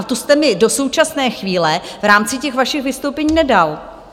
To jste mi do současné chvíle v rámci těch vašich vystoupení nedal.